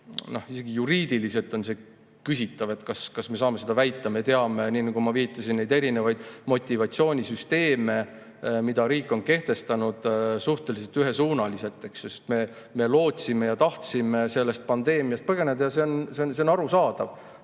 isegi juriidiliselt on see küsitav, kas me saame seda väita. Me teame, nii nagu ma viitasin nendele erinevatele motivatsioonisüsteemidele, mida riik on kehtestanud suhteliselt ühesuunaliselt, eks ju, sest me lootsime ja tahtsime sellest pandeemiast põgeneda. Ja see on arusaadav.